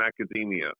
academia